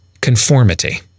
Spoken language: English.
conformity